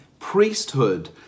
Priesthood